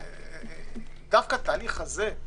דווקא התהליך הזה,